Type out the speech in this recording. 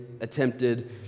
attempted